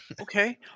okay